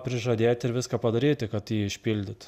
prižadėti ir viską padaryti kad jį išpildyt